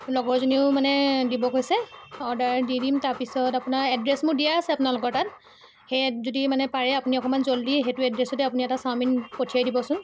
লগৰজনীও মানে দিব কৈছে অৰ্ডাৰ দি দিম তাৰপিছত আপোনাৰ এড্ৰেছ মোৰ দিয়াই আছে আপোনালোকৰ তাত সেই এডত যদি পাৰে আপুনি অকণমান জল্ডি সেইটো এড্ৰেছতে আপুনি এটা চাওমিন পঠিয়াই দিবচোন